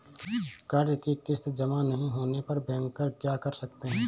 कर्ज कि किश्त जमा नहीं होने पर बैंकर क्या कर सकते हैं?